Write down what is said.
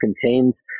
contains